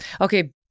Okay